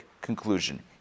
conclusion